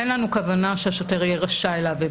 אין לנו כוונה שהשוטר יהיה רשאי להביא.